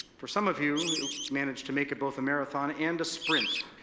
for some of you, you managed to make it both a marathon and a sprint.